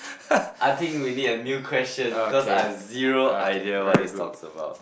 I think we need a new question cause I have zero idea what this talks about